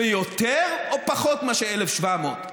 זה יותר או פחות מאשר 1,700?